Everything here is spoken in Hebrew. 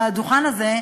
לדוכן הזה,